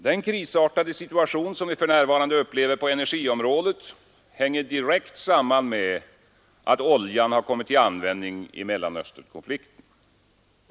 Den krisartade situation som vi för närvarande upplever på energiområdet hänger direkt samman med att oljan kommit till användning i Mellanösternkonflikten.